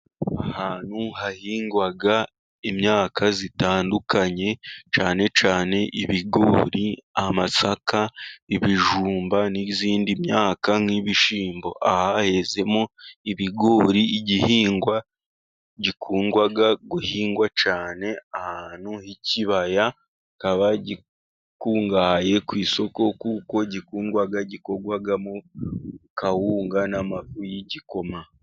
Ahantu hahingwa imyaka itandukanye, cyane cyane ibigori, amasaka, ibijumba n'iyindi myaka nk'ibishimbo. Aha hezemo ibigori igihingwa gikundwaga guhingwa cyane ahantu h'ikibaya kikaba gikungahaye ku isoko kuko gikundwa ,gikorwamo kawunga n'amafu y'igikoma.